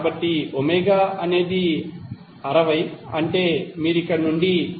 కాబట్టిఅనేది 60 అంటే మీరు ఇక్కడ నుండి 0